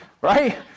right